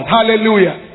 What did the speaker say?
Hallelujah